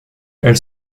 elle